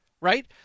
right